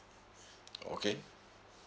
okay